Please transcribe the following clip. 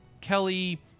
Kelly